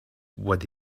what